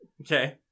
Okay